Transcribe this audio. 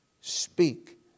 speak